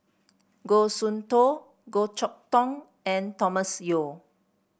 Goh Soon Tioe Goh Chok Tong and Thomas Yeo